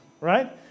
right